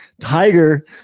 tiger